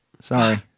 Sorry